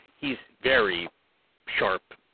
he's very sharp,